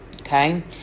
Okay